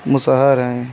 मुसहर हैं